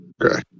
Okay